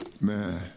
man